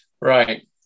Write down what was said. Right